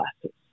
classes